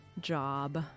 job